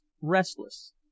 restless